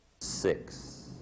Six